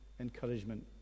encouragement